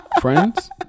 friends